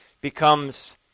becomes